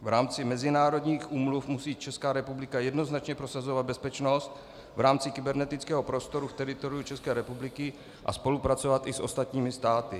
V rámci mezinárodních úmluv musí Česká republika jednoznačně prosazovat bezpečnost v rámci kybernetického prostoru v teritoriu České republiky a spolupracovat i s ostatními státy.